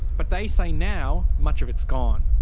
but they say now much of it's gone.